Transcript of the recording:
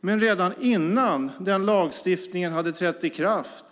Men redan innan lagstiftningen hade trätt i kraft